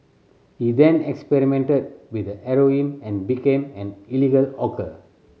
he then experimented with heroin and became an illegal hawker